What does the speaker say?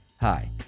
Hi